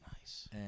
Nice